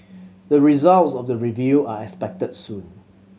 the results of the review are expected soon